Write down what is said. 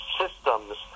systems